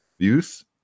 views